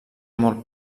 molt